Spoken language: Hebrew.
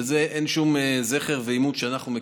לזה אין שום זכר ואימות שאנחנו מכירים.